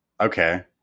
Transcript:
Okay